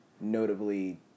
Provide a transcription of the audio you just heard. notably